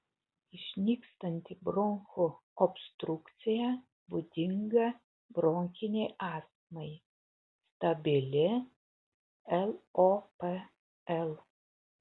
išnykstanti bronchų obstrukcija būdinga bronchinei astmai stabili lopl